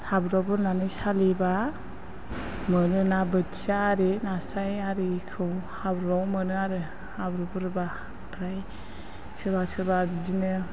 हाब्रुआव बुरनानै सालियोब्ला मोनो ना बोथिया आरि नास्राय आरिखौ हाब्रुआव मोनो आरो हाब्रु बुरब्ला ओमफ्राय सोरबा सोरबा बिदिनो